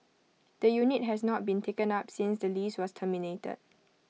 the unit has not been taken up since the lease was terminated